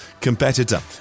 competitor